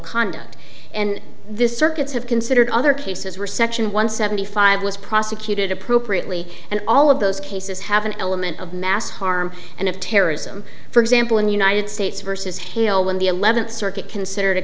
conduct and this circuits have considered other cases were section one seventy five was prosecuted appropriately and all of those cases have an element of mass harm and of terrorism for example in united states versus hale when the eleventh circuit considered a